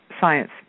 science